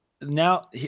Now